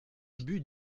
ubu